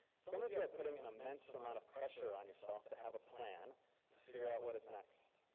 some of you are putting an immense amount of pressure on yourself to have a plan to figure out what is next.